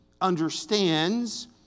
understands